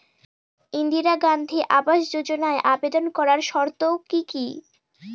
ইন্দিরা গান্ধী আবাস যোজনায় আবেদন করার শর্ত কি কি?